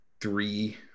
three